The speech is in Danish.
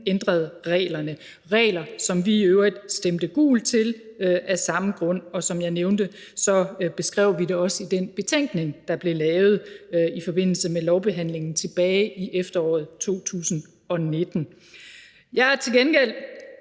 ændrede reglerne, regler, som vi i øvrigt stemte gult til af samme grund. Og som jeg nævnte, beskrev vi det også i den betænkning, der blev lavet i forbindelse med lovbehandlingen tilbage i efteråret 2019. Jeg er til gengæld